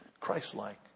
Christ-like